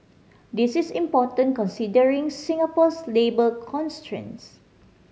this is important considering Singapore's labour constraints